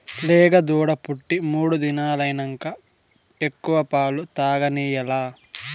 లేగదూడ పుట్టి మూడు దినాలైనంక ఎక్కువ పాలు తాగనియాల్ల